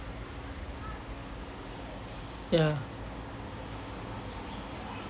ya